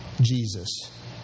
Jesus